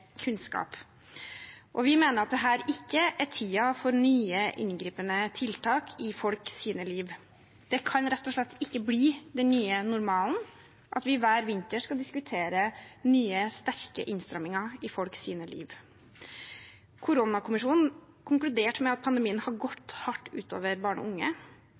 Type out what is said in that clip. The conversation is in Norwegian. kunnskap. Vi mener dette ikke er tiden for nye inngripende tiltak i folks liv. Det kan rett og slett ikke bli den nye normalen at vi hver vinter skal diskutere nye, sterke innstramninger i folks liv. Koronakommisjonen konkluderte med at pandemien har gått hardt ut over barn og unge,